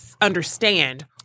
understand